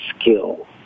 skill